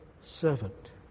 servant